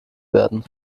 werden